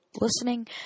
listening